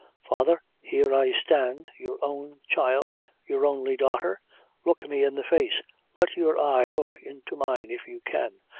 father, here i stand your own child your only daughter look me in the face let your eye look into mine, if you can.